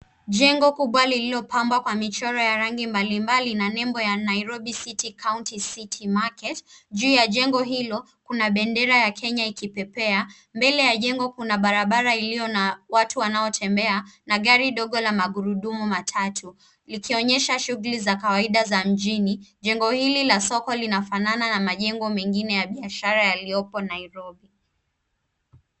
Jengo kubwa lililopambwa kwa michoro ya rangi mbalimbali na nembo ya Nairobi city county city market . Juu ya jengo hilo kuna bendera ya Kenya ikipepea. Mbele ya jengo kuna barabara iliyo na watu wanaotembea na gari dogo la magurudumu matatu, likionyesha shughuli za kawaida za mjini. Jengo hili la soko linafanana na majengo mengine ya biashara yaliyopo Nairobi.